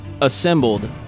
assembled